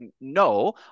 no